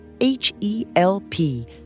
H-E-L-P